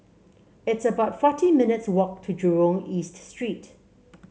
it's about forty minutes' walk to Jurong East Street